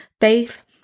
faith